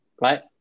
right